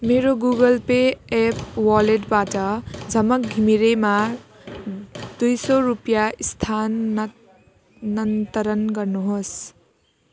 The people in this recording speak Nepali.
मेरो गुगल पे एप वालेटबाट झमक घिमिरेमा दुई सौ रुपियाँ स्थानान्तरण गर्नुहोस्